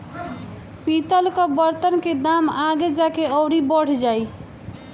पितल कअ बर्तन के दाम आगे जाके अउरी बढ़ जाई